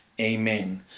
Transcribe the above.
Amen